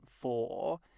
four